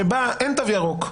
שבה אין תו ירוק,